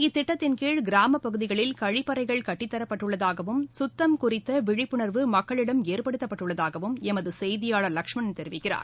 இத்திட்டத்தின்கீழ் கிராமப் பகுதிகளில் கழிப்பறைகள் கட்டித்தரப்பட்டுள்ளதாகவும் குத்தம் குறித்தவிழிப்புணர்வு மக்களிடம் ஏற்படுத்தப்பட்டுள்ளதாகவும் எமதுசெய்தியாளர் லஷ்மணன் தெரிவிக்கிறார்